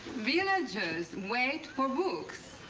villagers wait for books.